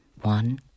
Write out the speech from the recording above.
one